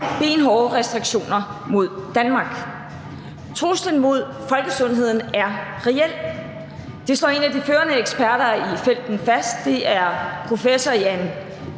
benhårde restriktioner mod Danmark. Truslen mod folkesundheden er reel; det slår en af de førende eksperter på feltet, professor Jan